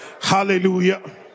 Hallelujah